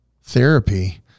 therapy